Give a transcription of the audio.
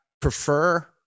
prefer